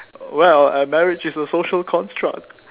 well a marriage is a social construct